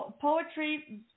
poetry